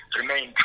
remain